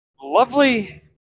lovely